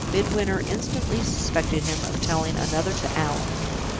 midwinter instantly suspected him of telling another to allan.